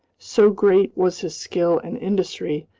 so great was his skill and industry,